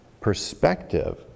perspective